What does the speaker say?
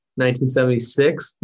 1976